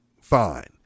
Fine